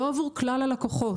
לא עבור כלל הלקוחות.